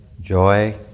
Joy